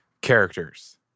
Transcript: characters